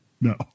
No